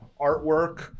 artwork